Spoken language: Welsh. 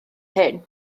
hyn